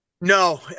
No